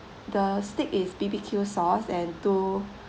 the steak is bbq sauce and two